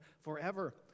forever